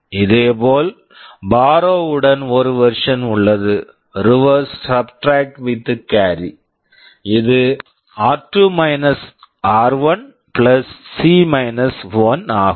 இதேபோல் borrow borrow உடன் ஒரு வெர்சன் version உள்ளது reverse subtract with carry reverse subtract with carry இது R two - R one C - 1 r2 r1 C - 1 ஆகும்